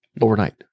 overnight